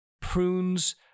prunes